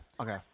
Okay